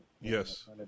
Yes